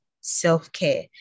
self-care